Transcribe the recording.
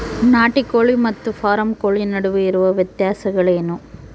ನಾಟಿ ಕೋಳಿ ಮತ್ತು ಫಾರಂ ಕೋಳಿ ನಡುವೆ ಇರುವ ವ್ಯತ್ಯಾಸಗಳೇನು?